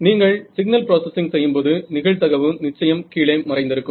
நீங்கள் signal processing செய்யும்போது நிகழ்தகவு நிச்சயம் கீழே மறைந்திருக்கும்